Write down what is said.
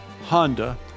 Honda